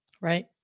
Right